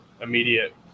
Immediate